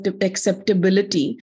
acceptability